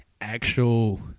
actual